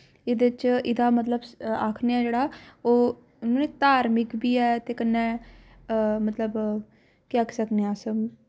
एह्दे च एह्दा मतलब आखने आं जेह्ड़ा ओह् धार्मिक बी ऐ ते कन्नै मतलब केह् आक्खी सकने अस